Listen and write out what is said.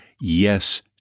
yes